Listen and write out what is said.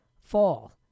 fall